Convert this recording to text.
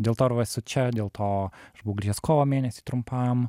dėl to ir va esu čia dėl to aš buvau grįžęs kovo mėnesį trumpam